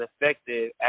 effective